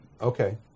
Okay